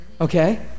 okay